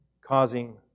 causing